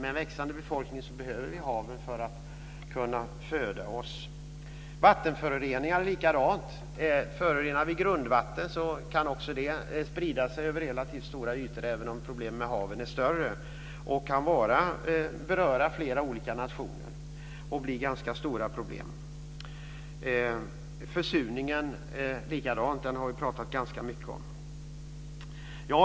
Med en växande befolkning behöver vi haven för att kunna föda oss. Det är likadant med vattenföroreningar. Förorenar vi grundvatten kan också det sprida sig över relativt stora ytor, även om problemen med haven är större. Det kan beröra flera olika nationer och bli ganska stora problem. Det är på samma sätt med försurningen. Den har vi talat ganska mycket om.